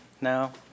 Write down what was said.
now